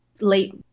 late